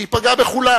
שהיא פגעה בכולם,